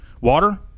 Water